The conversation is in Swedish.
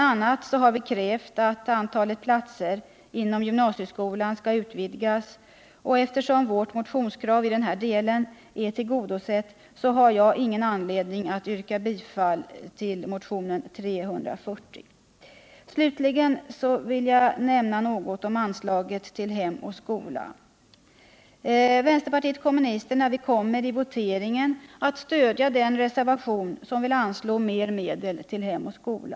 a. har vi krävt att antalet platser inom gymnasieskolan vidgas, och eftersom vårt motionskrav i denna del är tillgodosett har jag ingen anledning att yrka bifall till motionen 340. Slutligen vill jag säga något om anslaget till Hem och Skola. Vänsterpartiet kommunisterna kommer vid voteringen att stödja den reservation som yrkar på större anslag till Hem och Skola.